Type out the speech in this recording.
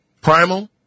primal